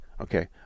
Okay